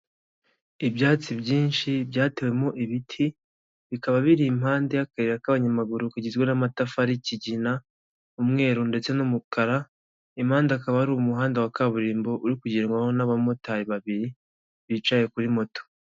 Ibyatsi byinshi byatewemo ibiti, bikaba biri ipande y'akayira k'abanyamaguru kagizwe n'amatafari y'ikigina, umweru ndetse n'umukara, impande hakaba hari umuhanda wa kaburimbo uri kugendwaho n'abamotari babiri bicaye kuri moto.